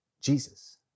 Jesus